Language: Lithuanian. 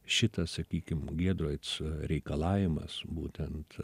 šitas sakykim giedroic reikalavimas būtent